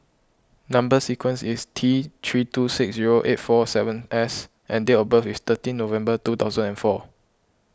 Number Sequence is T three two six zero eight four seven S and date of birth is thirteen November two thousand and four